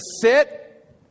sit